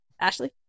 Ashley